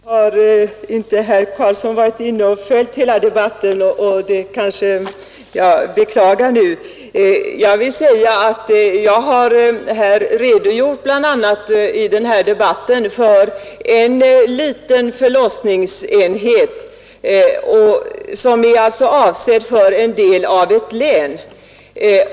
Herr talman! Tyvärr har herr Karlsson i Huskvarna inte varit inne och följt hela debatten, och det är beklagligt. Jag har bl.a. i den här debatten redogjort för en liten förlossningsenhet som alltså är avsedd för en del av ett län.